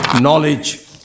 knowledge